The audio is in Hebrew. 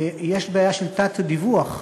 יש בעיה של תת-דיווח.